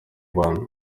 bantu